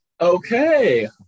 Okay